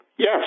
Yes